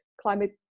climate